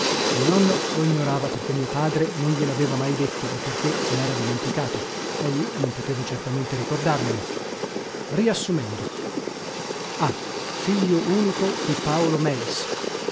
il nonno lo ignorava perché mio padre non glielaveva mai detto o perché se nera dimenticato e io non potevo certamente ricordarmelo riassumendo a figlio unico di paolo meis